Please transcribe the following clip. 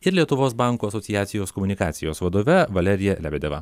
ir lietuvos bankų asociacijos komunikacijos vadove valerija lebedeva